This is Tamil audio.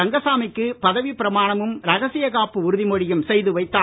ரங்கசாமிக்கு பதவிப் பிரமாணமும் ரகசியக் காப்பு உறுதிமொழியும் செய்து வைத்தார்